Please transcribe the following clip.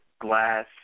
glass